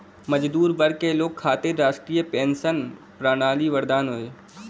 मजदूर वर्ग के लोग खातिर राष्ट्रीय पेंशन प्रणाली वरदान हौ